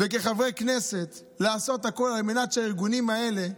וכחברי כנסת, לעשות הכול על מנת שהארגונים האלה,